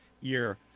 year